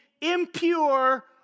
impure